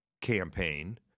campaign